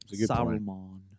Saruman